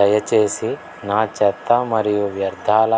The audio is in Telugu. దయచేసి నా చెత్త మరియు వ్యర్థాల